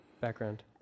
background